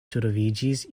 troviĝis